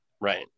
Right